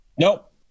Nope